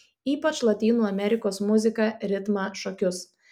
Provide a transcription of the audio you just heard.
ypač lotynų amerikos muziką ritmą šokius